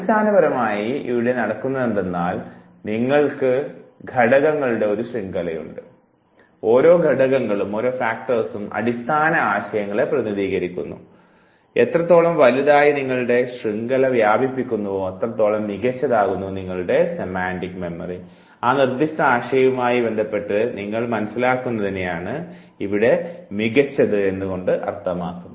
അടിസ്ഥാനപരമായി ഇവിടെ നടക്കുന്നതെന്തെന്നാൽ നിങ്ങൾക്ക് ഘടകങ്ങളുടെ ഒരു ശൃംഖലയുണ്ട് ഓരോ ഘടകങ്ങളും അടിസ്ഥാന ആശയങ്ങളെ പ്രതിനിധീകരിക്കുന്നു എത്രത്തോളം വലുതായി നിങ്ങളുടെ ശൃംഖല വ്യാപിപ്പിക്കുന്നുവോ അത്രത്തോളം മികച്ചതാകുന്നു നിങ്ങളുടെ സെമാൻറിക് ഓർമ്മ ആ നിർദ്ദിഷ്ട ആശയവുമായി ബന്ധപ്പെട്ട് നിങ്ങൾ മനസ്സിലാക്കുന്നതിനെയാണ് ഇവിടെ മികച്ചത് കൊണ്ടർത്ഥമാക്കുന്നത്